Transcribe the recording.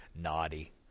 Naughty